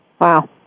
Wow